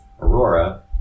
Aurora